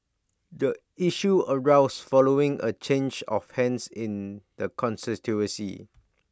the issue arose following A change of hands in the constituency